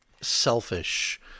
selfish